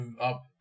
up